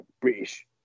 British